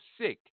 sick